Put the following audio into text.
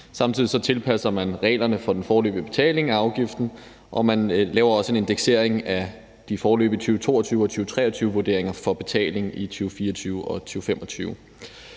Samtidig tilpasser man reglerne for den foreløbige betaling af afgiften, og man laver også en indeksering af de foreløbige 2022- og 2023-vurderinger for vurderingerne i 2024 og 2025,